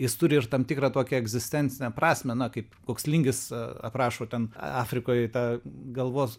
jis turi ir tam tikrą tokią egzistencinę prasmę na kaip koks lingis aprašo ten afrikoj tą galvos